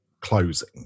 closing